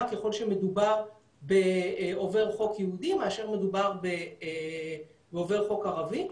ככל שמדובר בעובר חוק יהודי מאשר מדובר בעובר חוק ערבי.